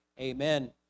amen